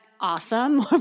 awesome